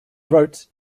wrote